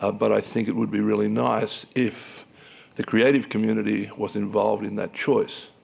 ah but i think it would be really nice if the creative community was involved in that choice.